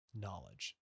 Knowledge